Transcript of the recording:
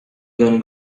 gonna